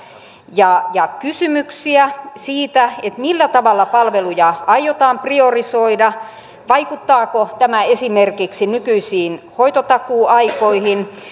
ja ja kysymyksiä siitä millä tavalla palveluja aiotaan priorisoida vaikuttaako tämä esimerkiksi nykyisiin hoitotakuuaikoihin